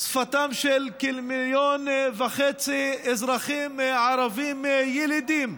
שפתם של כמיליון וחצי אזרחים ערבים ילידים,